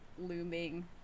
looming